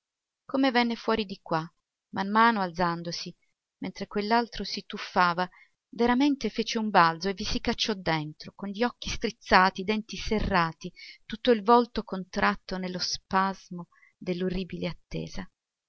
come venne fuori di qua man mano alzandosi mentre quell'altro si tuffava veramente fece un balzo e vi si cacciò dentro con gli occhi strizzati i denti serrati tutto il volto contratto nello spasimo dell'orribile attesa